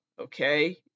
okay